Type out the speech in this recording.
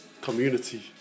Community